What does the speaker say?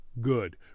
good